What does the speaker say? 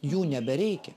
jų nebereikia